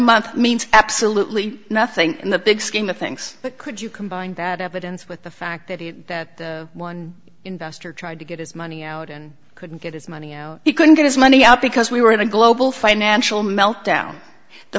month means absolutely nothing in the big scheme of things but could you combine that evidence with the fact that that one investor tried to get his money out and couldn't get his money oh he couldn't get his money out because we were in a global financial meltdown the